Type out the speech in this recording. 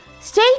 Stay